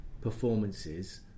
performances